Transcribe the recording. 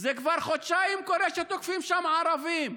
זה כבר חודשיים קורה שתוקפים שם ערבים.